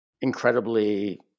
incredibly